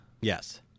Yes